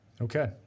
Okay